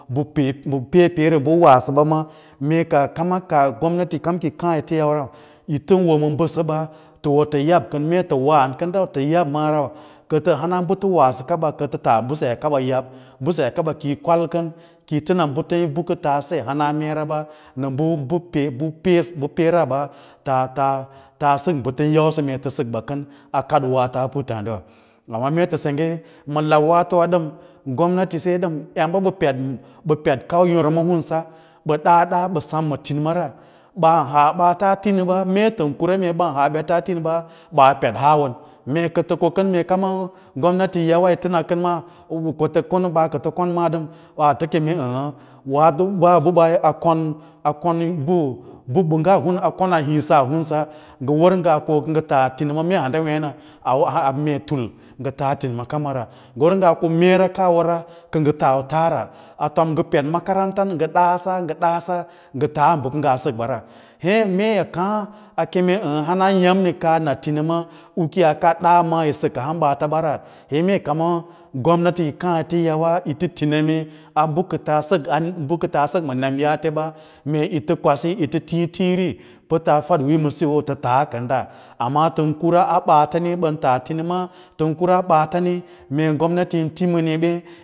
Ma peepeera ɓən wasəɓa ma mee ka kama gomnati kam ki yi kaã yi tə yaurau tən wo ma mbəsəsa tə yab kən mee tə wan kən dau tə yab maa rau hana bə tə wasə kaba kə faa mbəse yaa kaba yab, mbəseyaa kaɓa kiyi kwə kən yi fə na bə kə tas se hana meeraɓa, ma ɓə peesə bə peeraɓa taa sək ɓə tən yausə mee kətə sək ɓa kən a kadwaato a puttǎǎdiwa, amma mee tə sengge malau waatowa ɗəm gomnati se dəm emba ɓə peɗ, ɓə peɗ kau yôrman hinsa ɓə da ɗa ɓə sem ma tinima ra ɓau haa ɓaata tinima mee tən kura mee ɓan haa ɓeta a tinima ɓaa ped hawon mee kə tə ko kən mee kama gomnati yi yawa yitə na kən ma mee ko tə kono ɓaatə kon dəm baatə ke m ə̌ə̌ a kon mbəɓa ngaa a kona hiĩ sa hunsa ngə wər ngaa ko kə ngə taa tinima pə mee handa wěě na awoa mee tul ngə taa timina kam ra, ngə wər ngaa mee ra kaa wora yaa taro taara, a tom ngə peɗ makaranta ngə ɗa sa ngə ɗa sa ngə taa bə kə ngaa sək bara ye mee kaã a keme ə̌ə̌ hana ya’mni kaa na tinima u ki yaa kaɗ da maa yi səkaa ham ɓaata ɓara ye mee kama gomnati kiyi kaã yitə yawa yi tə ti neme a ɓə kə taa sək i kə taa sək ma nemyaate ɓa, mee yi tə kwasiyitə tiĩ tiĩri pətaa fadwīiyo ma diyo tə taa kənda amma tən kura a ɓaafaní bən taa tinima tən kuma ɓaata ni mee gomnati vin te bə neme.